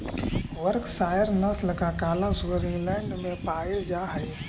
Berkshire नस्ल का काला सुअर इंग्लैण्ड में पायिल जा हई